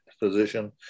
position